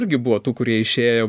irgi buvo tų kurie išėjo